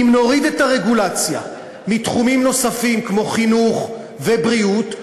אם נוריד את הרגולציה מתחומים נוספים כמו חינוך ובריאות,